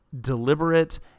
deliberate